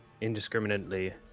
indiscriminately